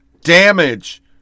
damage